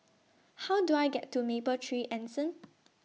How Do I get to Mapletree Anson